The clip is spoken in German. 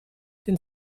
denn